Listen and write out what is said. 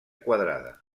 quadrada